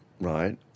right